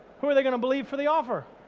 who are they gonna believe for the offer?